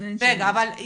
אני לא זוכרת, אבל לדעתי,